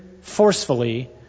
forcefully